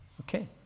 okay